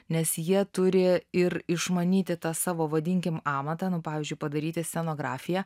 nes jie turi ir išmanyti tą savo vadinkim amatą nu pavyzdžiui padaryti scenografiją